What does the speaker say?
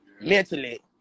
Mentally